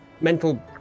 mental